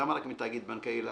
למה רק מתאגיד בנקאי?